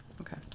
Okay